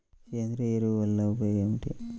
సేంద్రీయ ఎరువుల వల్ల ఉపయోగమేమిటీ?